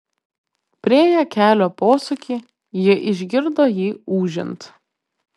priėję kelio posūkį jie išgirdo jį ūžiant